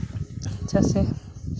ᱪᱮᱫᱟᱜ ᱥᱮ